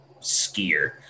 skier